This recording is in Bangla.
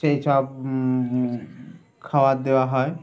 সেই সব খাওয়ার দেওয়া হয়